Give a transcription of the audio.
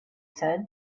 said